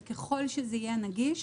וככל שזה יהיה נגיש,